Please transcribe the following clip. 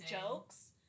jokes